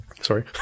sorry